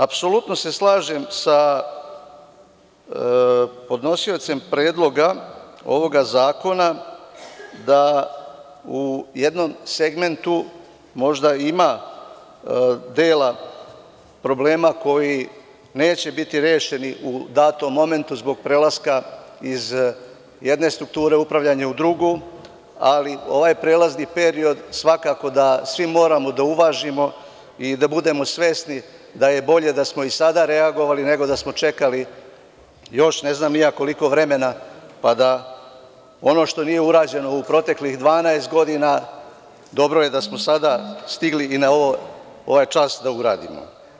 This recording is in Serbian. Apsolutno se slažem sa podnosiocem predloga ovoga zakona da u jednom segmentu možda ima dela problema koji neće biti rešeni u datom momentu zbog prelaska iz jedne strukture upravljanja u drugu, ali ovaj prelazni period svakako da svi moramo da uvažimo i da budemo svesni da je bolje da smo i sada reagovali nego da smo čekali još ne znam ni ja koliko vremena, pa da ono što nije urađeno u proteklih 12 godina dobro je da smo sada stigli i na ovaj čas da uradimo.